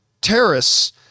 terrorists